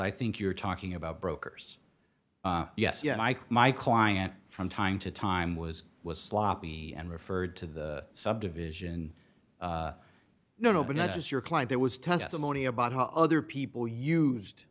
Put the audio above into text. i think you're talking about brokers yes yes i my client from time to time was was sloppy and referred to the subdivision you know but not just your client there was testimony about how other people used